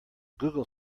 google